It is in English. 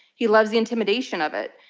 he loves the intimidation of it.